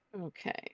Okay